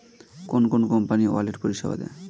কোন কোন company wallet পরিষেবা দেয়?